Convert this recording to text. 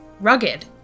rugged